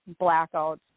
blackouts